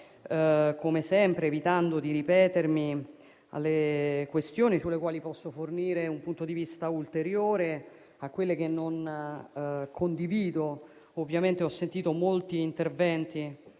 come sempre evitando di ripetermi, alle questioni sulle quali posso fornire un punto di vista ulteriore e a quelle che non condivido. Ho sentito molti interventi